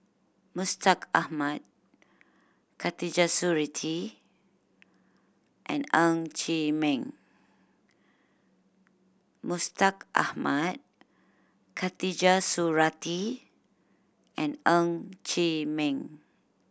Mustaq Ahmad Khatijah Surattee and Ng Chee Meng Mustaq Ahmad Khatijah Surattee and Ng Chee Meng